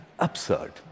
absurd